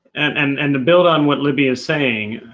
um and, to build on what libbie is saying,